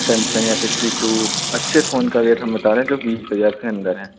Samsung A fifty two अच्छे phone का रेट हम बता रहे हैं जो बीस हज़ार से अंदर हैं